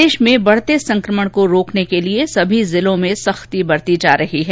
प्रदेश में बढ़ते संकमण को रोकने के लिये सभी जिलों में सख्ती बरती जा रही है